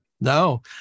No